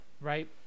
Right